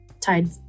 tied